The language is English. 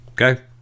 okay